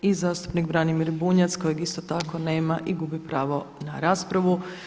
I zastupnik Branimir Bunjac kojeg isto tako nema i gubi pravo na raspravu.